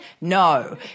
No